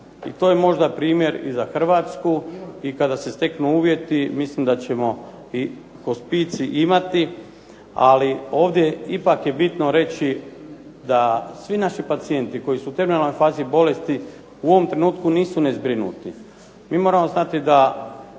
I to je možda primjer i za Hrvatsku i kada se steknu uvjeti mislim da ćemo i hospicij imati, ali ovdje ipak je bitno reći da svi naši pacijenti koji su u terminalnoj fazi bolesti u ovom trenutku nisu nezbrinuti. Mi moramo znati da